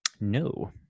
No